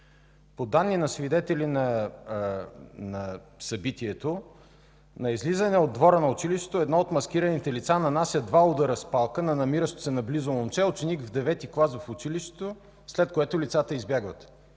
По данни на свидетели на събитието, на излизане от двора на училището едно от маскираните лица нанася два удара с палка на намиращо се наблизо момче, ученик в ІХ клас в училището, след което лицата избягват.